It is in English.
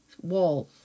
walls